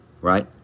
right